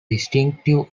distinctive